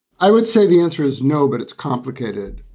i would say the answer is no, but it's complicated.